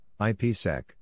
IPsec